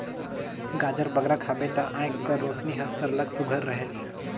गाजर बगरा खाबे ता आँएख कर रोसनी हर सरलग सुग्घर रहेल